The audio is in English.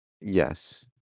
Yes